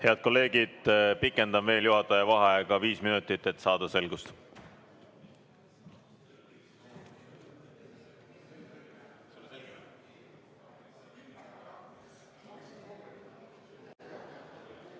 Head kolleegid, pikendan juhataja vaheaega viis minutit, et saada selgust.